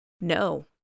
no